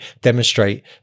demonstrate